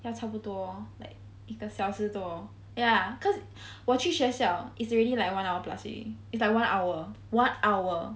要差不多 like 一个小时多 ya cause 我去学校 is already like one hour plus already it's like one hour one hour